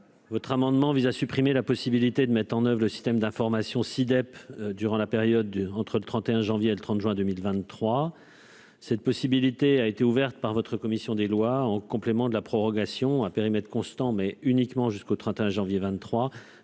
votre amendement vise à supprimer la possibilité de mettre en oeuvre le système d'information SI-DEP durant la période comprise entre le 31 janvier et le 30 juin 2023. Cette possibilité a été ouverte par la commission des lois, en complément de la prorogation, à périmètre constant, mais uniquement jusqu'au 31 janvier 2023,